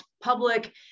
public